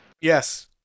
Yes